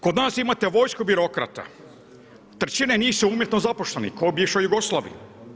Kod nas imate vojsku birokrata, trećina njih su umjetno zaposleni ko u bivšoj Jugoslaviji.